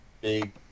big